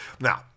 Now